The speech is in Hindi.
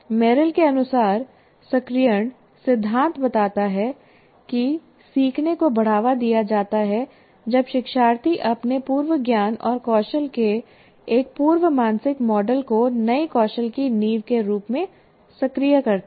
मेरिल के अनुसार सक्रियण सिद्धांत बताता है कि सीखने को बढ़ावा दिया जाता है जब शिक्षार्थी अपने पूर्व ज्ञान और कौशल के एक पूर्व मानसिक मॉडल को नए कौशल की नींव के रूप में सक्रिय करते हैं